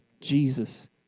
Jesus